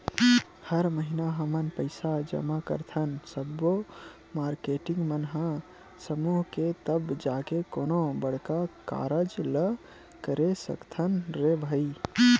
हर महिना हमन पइसा जमा करथन सब्बो मारकेटिंग मन ह समूह के तब जाके कोनो बड़का कारज ल करे सकथन रे भई